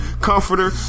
comforter